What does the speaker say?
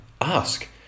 ask